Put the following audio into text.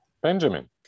Benjamin